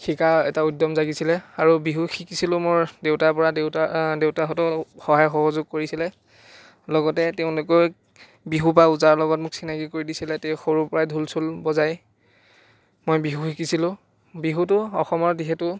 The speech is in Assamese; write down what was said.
শিকা এটা উদ্যম জাগিছিলে আৰু বিহু শিকিছিলোঁ মোৰ দেউতাৰ পৰা দেউতা দেউতাহঁতেও সহায় সহযোগ কৰিছিলে লগতে তেওঁলোকৰ বিহু বা ওজাৰ লগত মোক চিনাকি কৰি দিছিলে তেওঁ সৰুৰে পৰাই ঢোল চোল বজাই মই বিহু শিকিছিলোঁ বিহুটো অসমৰ যিহেতু